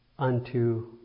Unto